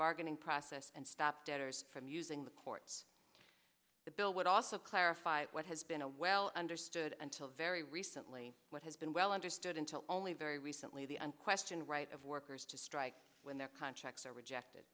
bargaining process and stop debtors from using the courts the bill would also clarify what has been a well understood until very recently what has been well understood until only very recently the unquestioned right of workers to strike when their contracts are rejected